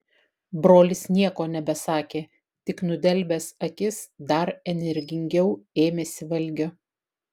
brolis nieko nebesakė tik nudelbęs akis dar energingiau ėmėsi valgio